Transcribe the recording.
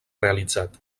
realitzat